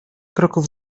kroków